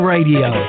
Radio